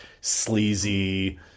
sleazy